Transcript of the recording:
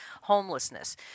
homelessness